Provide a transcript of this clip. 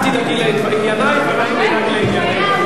את תדאגי לעניינייך ואנחנו נדאג לעניינינו.